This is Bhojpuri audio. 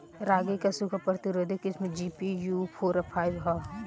रागी क सूखा प्रतिरोधी किस्म जी.पी.यू फोर फाइव ह?